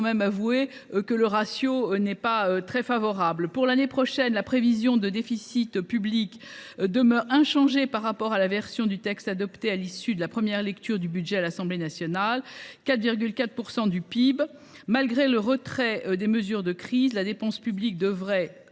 amendements sur 3 800 n’est pas très favorable… Pour l’année prochaine, la prévision de déficit public demeure inchangée par rapport à la version du texte adoptée à l’issue de la première lecture du budget à l’Assemblée nationale, à savoir 4,4 % du PIB. Malgré le retrait des mesures de crise, la dépense publique devrait,